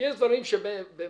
יש דברים שבאנו